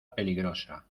peligrosa